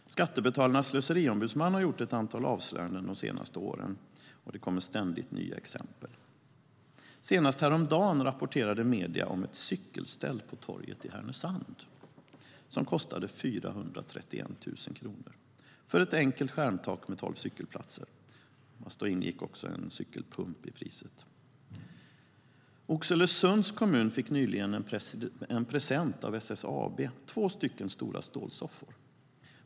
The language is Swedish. Skattebetalarnas slöseriombudsman har gjort ett antal avslöjanden de senaste åren, och det kommer ständigt nya exempel. Senast häromdagen rapporterade medierna om ett cykelställ på torget i Härnösand som kostade 431 000 kronor. Det var ett enkelt skärmtak med tolv cykelplatser, men då ingick förstås en cykelpump i priset. Oxelösunds kommun fick nyligen en present av SSAB: två stora stålsoffor.